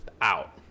out